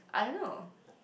I don't know